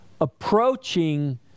approaching